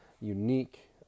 unique